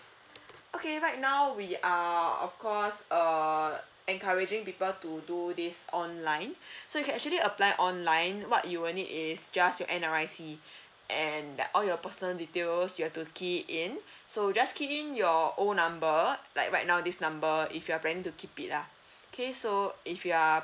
okay right now we are of course uh encouraging people to do this online so you can actually apply online what you will need is just your N_R_I_C and all your personal details you have to key in so just key in your old number like right now this number if you are planning to keep it lah okay so if you are